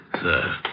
sir